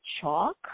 chalk